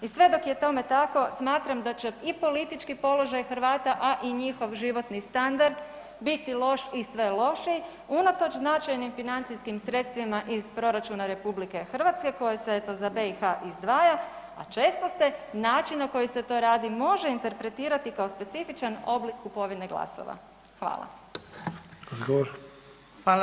I sve dok je tome tako smatram da će i politički položaj Hrvata, a i njihov životni standard biti loš i sve lošiji unatoč značajnim političkim sredstvima iz proračuna RH koji se eto za BiH izdvaja, a često se način na koji se to radi može interpretirati kao specifičan oblik kupovine glasova.